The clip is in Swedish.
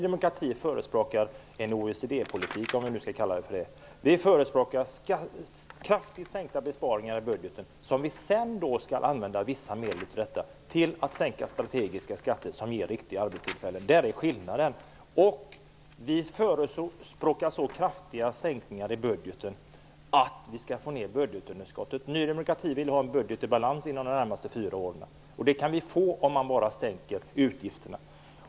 Vi förespråkar en OECD politik, om vi skall kalla den så. Vi förespråkar kraftigt ökade besparingar i budgeten, för att få medel som vi sedan skall använda till att sänka strategiska skatter som ger riktiga arbetstillfällen. Det är skillnaden. Vi förespråkar så kraftiga besparingar i budgeten att vi kan få ned budgetunderskottet. Ny demokrati vill ha en budget i balans inom de närmaste fyra åren. Det kan vi bara få om man sänker utgifterna.